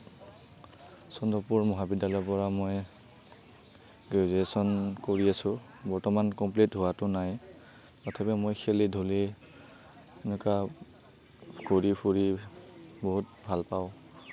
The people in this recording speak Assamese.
চন্দ্ৰপুৰ মহাবিদ্যালয়ৰ পৰা মই গ্ৰেজুয়েশ্যণ কৰি আছোঁ বৰ্তমান কম্প্লিট হোৱাটো নাই তথাপি মই খেলি ধূলি এনেকা ঘুৰি ফুৰি বহুত